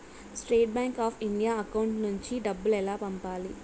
State bank of India account నుంచి డబ్బులు ఎలా పంపాలి?